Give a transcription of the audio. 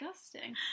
disgusting